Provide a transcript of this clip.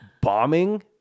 bombing